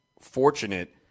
fortunate